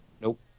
nope